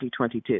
2022